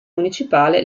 municipale